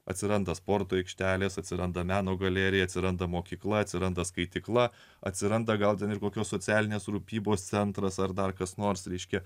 atsiranda sporto aikštelės atsiranda meno galerija atsiranda mokykla atsiranda skaitykla atsiranda gal ir kokios socialinės rūpybos centras ar dar kas nors ryški